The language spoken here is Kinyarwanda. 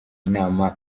inama